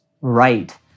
right